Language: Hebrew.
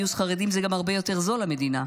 גיוס חרדים זה גם הרבה יותר זול למדינה,